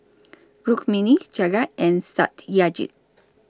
Rukmini Jagat and Satyajit